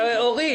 אורית,